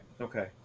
okay